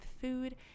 food